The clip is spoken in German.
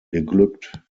geglückt